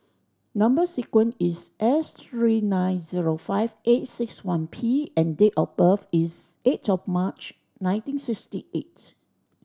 number sequence is S three nine zero five eight six one P and date of birth is eight of March nineteen sixty eight